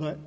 but